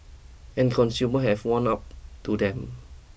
and consumer have warmed up to them